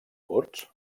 kurds